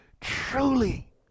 truly